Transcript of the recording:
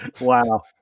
Wow